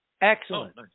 Excellent